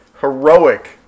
heroic